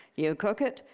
you cook it.